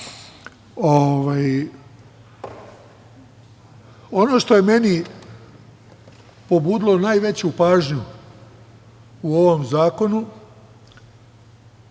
ovo. Ono što je meni pobudilo najveću pažnju u ovom zakonu